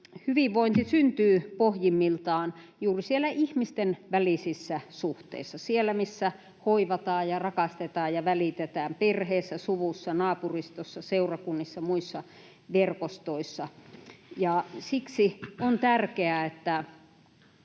hyvinvointi syntyy pohjimmiltaan juuri siellä ihmisten välisissä suhteissa, siellä, missä hoivataan, rakastetaan ja välitetään: perheessä, suvussa, naapurustossa, seurakunnissa, muissa verkostoissa. Siksi on tärkeää, että